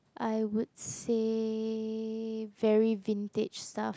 I would say very vintage stuff